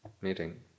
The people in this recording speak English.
meeting